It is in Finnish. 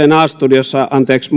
a studiossa